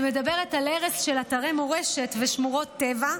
אני מדברת על הרס של אתרי מורשת ושמורות טבע,